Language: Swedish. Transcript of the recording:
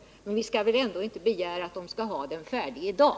Men vi skall väl ändå inte begära att en sådan skall finnas i dag.